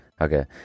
Okay